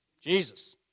Jesus